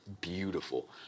beautiful